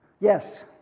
yes